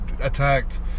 attacked